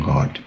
God